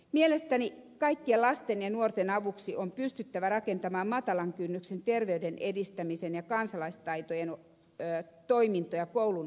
mielestäni kaikkien lasten ja nuorten avuksi on pystyttävä rakentamaan matalan kynnyksen terveyden edistämisen ja kansalaistaitojen toimintoja koulun yhteyteen